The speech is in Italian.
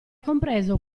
compreso